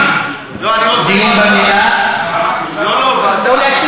המציעים, דיון במליאה, לא לא, ועדה.